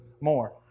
more